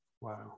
wow